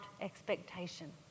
expectation